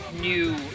new